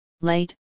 late